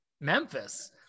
Memphis